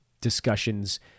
discussions